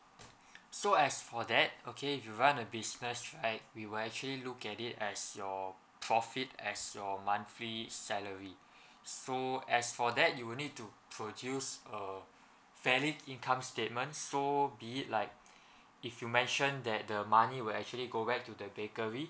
so as for that okay if you run a business right we will actually look at it as your profit as your monthly salary so as for that you will need to produce a fairly income statements so be it like if you mention that the money will actually go back to the bakery